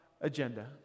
agenda